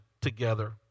together